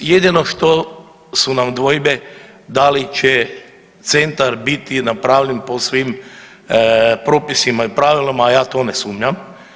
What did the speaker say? Jedino što su nam dvojbe da li će centar biti napravljen po svim propisima i pravilima, a ja to ne sumnjam.